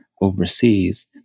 overseas